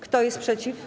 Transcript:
Kto jest przeciw?